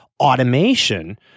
automation